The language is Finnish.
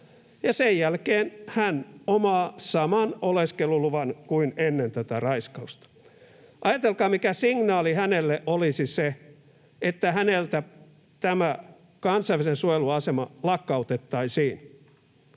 sen jälkeen hän omaa saman oleskeluluvan kuin ennen tätä raiskausta. Ajatelkaa, mikä signaali hänelle olisi se, että häneltä tämä kansainvälisen suojelun asema lakkautettaisiin,